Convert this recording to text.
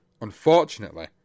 Unfortunately